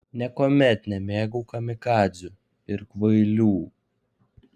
niekuomet nemėgau kamikadzių ir kvailių